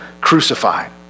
crucified